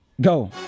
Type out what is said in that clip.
go